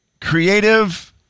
creative